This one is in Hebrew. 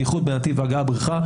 בייחוד בנתיב הגעה/הבריחה.